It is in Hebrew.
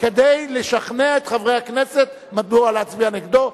כדי לשכנע את חברי הכנסת מדוע להצביע נגדו.